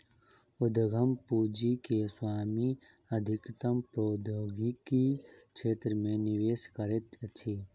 उद्यम पूंजी के स्वामी अधिकतम प्रौद्योगिकी क्षेत्र मे निवेश करैत अछि